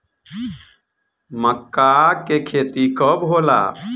माका के खेती कब होला?